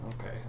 okay